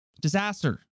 disaster